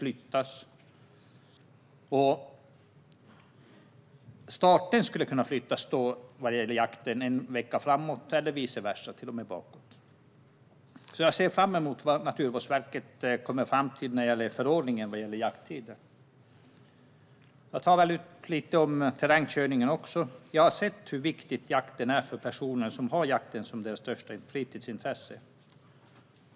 Då skulle starten kunna flyttas en vecka framåt eller bakåt. Jag ser fram emot vad Naturvårdsverket kommer fram till när det gäller förordningen om jakttider. Jag ska väl ta upp lite om terrängkörningen också. Jag har sett hur viktig jakten är för de personer som har den som sitt största fritidsintresse.